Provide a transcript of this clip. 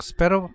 pero